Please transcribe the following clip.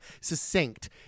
Succinct